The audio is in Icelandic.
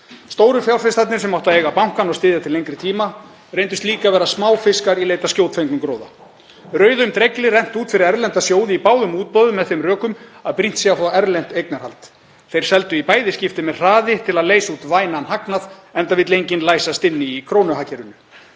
Stóru fjárfestarnir sem áttu að eiga bankann og styðja til lengri tíma reyndust líka vera smáfiskar í leit að skjótfengnum gróða. Rauðum dregli rennt út fyrir erlenda sjóði í báðum útboðum með þeim rökum að brýnt sé að fá erlent eignarhald. Þeir seldu í bæði skiptin með hraði til að leysa út vænan hagnað enda vill enginn læsast inni í krónuhagkerfi.